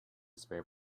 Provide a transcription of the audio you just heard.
spare